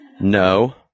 no